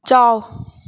ꯆꯥꯎ